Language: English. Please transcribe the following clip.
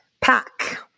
pack